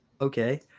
okay